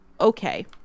okay